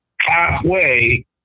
halfway